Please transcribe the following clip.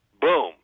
boom